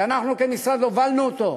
שאנחנו כמשרד הובלנו אותו,